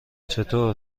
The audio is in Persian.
چطور